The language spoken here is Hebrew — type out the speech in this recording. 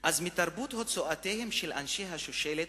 מתרבות הוצאותיהם של אנשי השושלת.